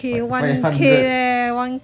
I give five hundred